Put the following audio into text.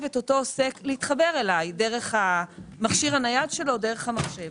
את אותו עוסק להתחבר אלי דרך המכשיר הנייד שלו או דרך המחשב,